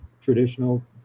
traditional